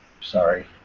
Sorry